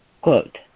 quote